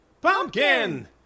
Pumpkin